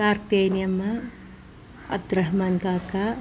കാർത്യാനിയമ്മ അത്റഹ്മാൻകാക്ക